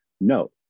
No